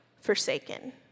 forsaken